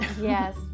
Yes